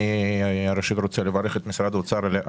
אני ראשית רוצה לברך את משרד האוצר על